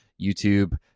YouTube